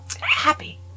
happy